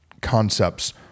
concepts